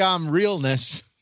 realness